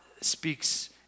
speaks